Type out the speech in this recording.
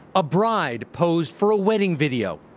a bride, posed for a wedding video.